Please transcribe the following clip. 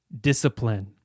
discipline